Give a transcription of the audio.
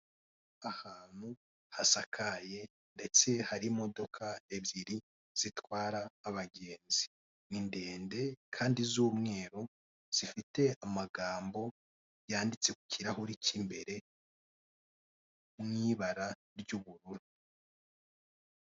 Ahantu hasakaye ndetse hari imodoka ebyiri zitwara abagenzi. Ni ndende kandi z'umweru zifite amagambo yanditse kukirahure k'imbere mu ibara ry'ubururu.